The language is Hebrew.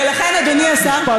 ולכן, אדוני השר, משפט